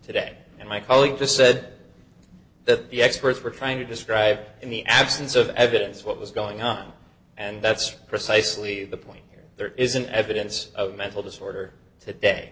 today and my colleague just said that the experts were trying to describe in the absence of evidence what was going on and that's precisely the point here there isn't evidence of mental disorder today